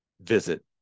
visit